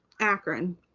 Akron